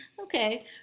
Okay